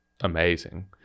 amazing